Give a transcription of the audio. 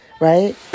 Right